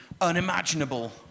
unimaginable